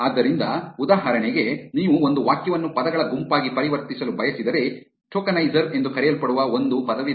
ಆದ್ದರಿಂದ ಉದಾಹರಣೆಗೆ ನೀವು ಒಂದು ವಾಕ್ಯವನ್ನು ಪದಗಳ ಗುಂಪಾಗಿ ಪರಿವರ್ತಿಸಲು ಬಯಸಿದರೆ ಟೋಕನೈಜರ್ ಎಂದು ಕರೆಯಲ್ಪಡುವ ಒಂದು ಪದವಿದೆ